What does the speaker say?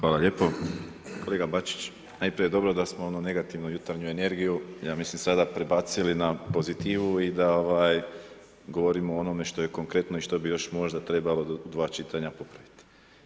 Hvala lijepo, kolega Bačić, najprije, dobro da smo ono negativno, jutarnju energiju, ja mislim sada prebacili na pozitivu i govorimo o onome što je konkretno i što bi još možda trebalo do dva čitanja poprimiti.